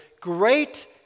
great